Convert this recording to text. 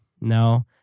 No